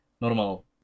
Normal